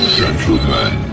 gentlemen